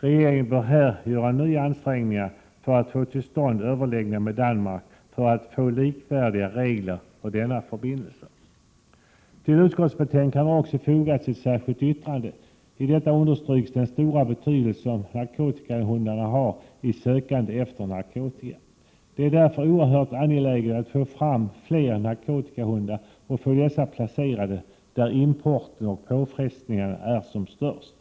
Regeringen bör här göra nya ansträngningar för att få till stånd överläggningar med Danmark så att likvärdiga regler kan uppnås rörande denna förbindelse. Till utskottsbetänkandet har också fogats ett särskilt yttrande. I detta understryks den stora betydelse narkotikahundarna har vid sökandet efter narkotika. Det är därför oerhört angeläget att få fram fler narkotikahundar och att få dessa placerade där import och påfrestningar är som störst.